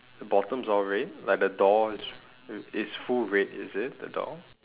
the bottom's all red like the door it's it's full red is it the door